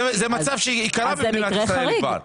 זה מצב שכבר קרה במדינת ישראל.